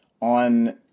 On